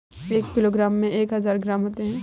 एक किलोग्राम में एक हजार ग्राम होते हैं